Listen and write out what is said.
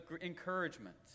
encouragement